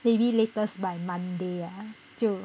maybe latest by monday ah 就